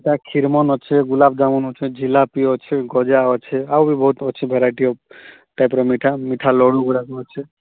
ଦା ଖିରମନ ଅଛେ ଗୁଲାବଜାମୁନ ଅଛେ ଜିଲାପି ଅଛେ ଗଜା ଅଛେ ଆହୁରିବି ବହୁତ ଅଛେ ଭେରାଇଟି ଟାଇପର ମିଠା ମିଠା ଲଡୁଗୁଡ଼ାକ ଅଛେ